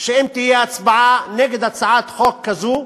אם תהיה הצבעה נגד הצעת חוק כזאת,